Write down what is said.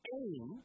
aim